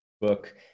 book